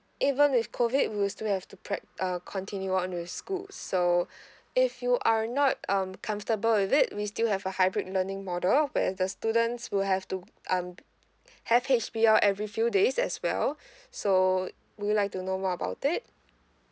even with COVID we will still have to prac~ uh continue on with school so if you are not um comfortable with it we still have a hybrid learning model of where the students will have to um have H_B_L every few days as well so would you like to know more about it